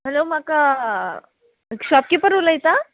hello म्हाका shopkeeper उलयता